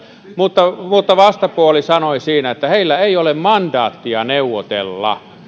mutta mutta vastapuoli sanoi siinä että heillä ei ole mandaattia neuvotella